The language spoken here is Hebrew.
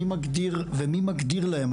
ומי מגדיר להם?